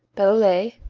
bellelay,